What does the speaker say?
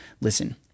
Listen